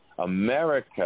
America